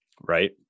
right